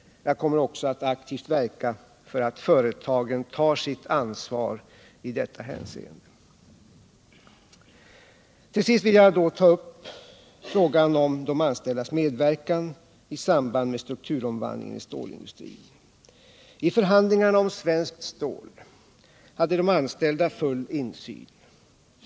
Jag kommer också att aktivt verka för att företagen tar sitt ansvar i detta hänseende. Slutligen vill jag också ta upp frågan om de anställdas medverkan i samband med strukturomvandlingen i stålindustrin. I förhandlingarna om Svenskt Stål hade de anställda full insyn.